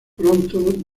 pronto